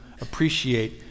appreciate